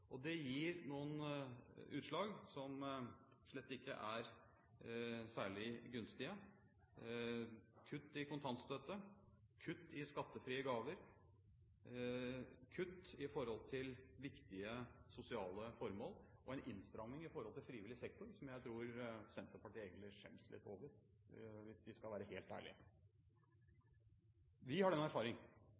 Det gir noen utslag som slett ikke er særlig gunstige – kutt i kontantstøtten, kutt i skattefrie gaver, kutt i viktige sosiale formål og en innstramming i frivillig sektor som jeg tror Senterpartiet egentlig skjemmes litt over, hvis de skal være helt ærlig. Vi har den erfaring